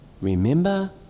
Remember